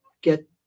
get